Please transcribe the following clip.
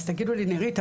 אז תגידו לי: נרית,